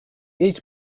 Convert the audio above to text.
eat